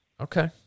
Okay